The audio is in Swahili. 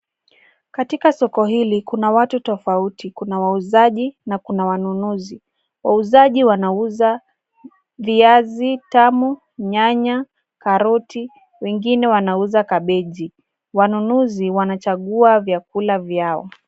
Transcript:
Katika soko hili, kuna watu tofauti . Kuna wauzaji na kuna wanunuzi. Wauzaji wanauza viazi tamu, nyanya, karoti, wengine wanauza kabeji. Wanunuzi wanachagua vyakula vyao.